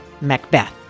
Macbeth